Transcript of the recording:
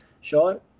sure